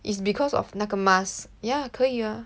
it's because of 那个 mask yeah 可以啊